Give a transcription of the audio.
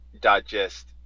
digest